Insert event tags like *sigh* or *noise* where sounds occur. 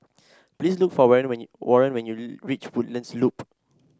please look for Warren when you Warren when you *noise* reach Woodlands Loop